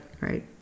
right